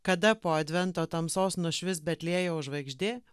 kada po advento tamsos nušvis betliejaus žvaigždė